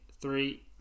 Three